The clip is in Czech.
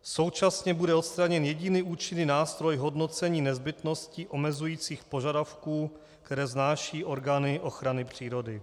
Současně bude odstraněn jediný účinný nástroj hodnocení nezbytnosti omezujících požadavků, které vznášejí orgány ochrany přírody.